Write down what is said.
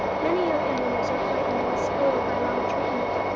many young animals are frightened and spoiled by wrong treatment,